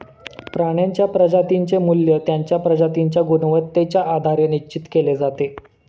प्राण्यांच्या प्रजातींचे मूल्य त्यांच्या प्रजातींच्या गुणवत्तेच्या आधारे निश्चित केले जाते